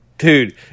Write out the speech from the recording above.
Dude